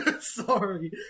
Sorry